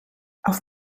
auf